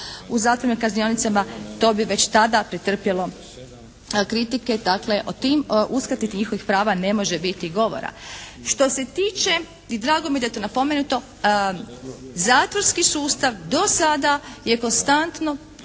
u zatvorima i kaznionicama to bi već tada pretrpjelo kritike. Dakle, o tim uskrati tih njihovih prava ne može biti govora. Što se tiče i drago mi je da je to napomenuto zatvorski sustav do sada je konstantno